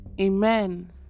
Amen